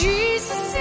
Jesus